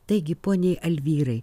taigi poniai alvyrai